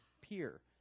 peer